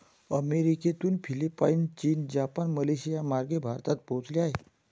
अमेरिकेतून फिलिपाईन, चीन, जपान, मलेशियामार्गे भारतात पोहोचले आहे